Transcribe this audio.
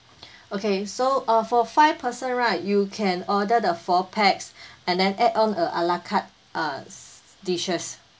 okay so uh for five person right you can order the four pax and then add on the a ala carte uh dishes